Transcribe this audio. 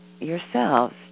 yourselves